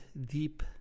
deep